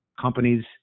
companies